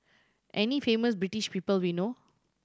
any famous British people we know